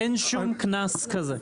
אין שום קנס כזה.